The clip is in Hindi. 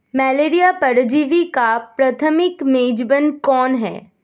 मलेरिया परजीवी का प्राथमिक मेजबान कौन है?